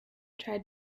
tried